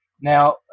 now